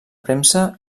premsa